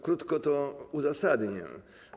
Krótko to uzasadnię.